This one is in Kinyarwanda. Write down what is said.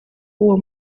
uwo